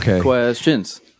questions